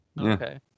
Okay